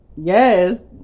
Yes